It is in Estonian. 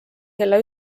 kella